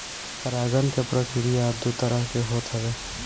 परागण के प्रक्रिया दू तरह से होत हवे